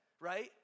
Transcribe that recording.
right